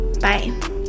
Bye